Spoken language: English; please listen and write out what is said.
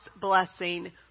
blessing